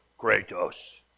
Kratos